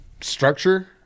structure